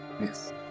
Yes